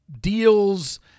deals